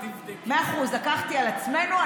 מאה אחוז, לקחתי על עצמנו.